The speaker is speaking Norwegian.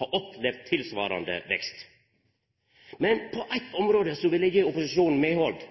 har opplevd tilsvarande vekst. Men på eitt område vil eg gje opposisjonen medhald: